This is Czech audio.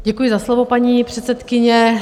Děkuji za slovo, paní předsedkyně.